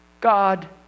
God